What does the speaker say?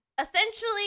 essentially